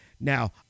Now